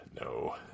No